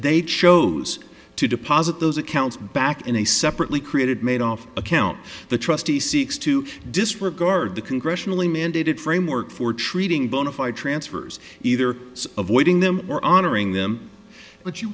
they chose to deposit those accounts back in a separately created made off account the trustee seeks to disregard the congressionally mandated framework for treating bona fide transfers either avoiding them or honoring them but you